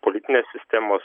politinės sistemos